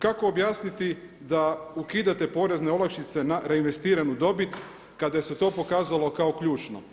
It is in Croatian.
Kako objasniti da ukidate porezne olakšice na reinvestiranu dobit kada se je to pokazalo kao ključno?